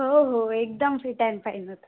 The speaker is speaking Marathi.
हो हो एकदम फिट ऍन फाईन होता